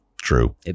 True